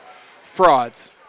Frauds